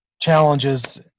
challenges